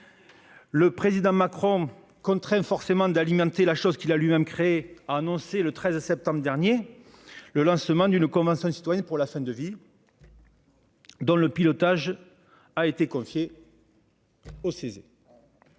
Le président Macron, contraint d'alimenter la chose qu'il a lui-même créée, a annoncé le 13 septembre dernier le lancement d'une convention citoyenne sur la fin de vie, dont le pilotage a été confié, je